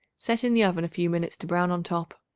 set in the oven a few minutes to brown on top.